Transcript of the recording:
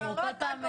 זה כבר לא אתה קובע.